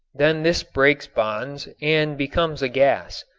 then this breaks bonds and becomes a gas.